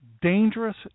Dangerous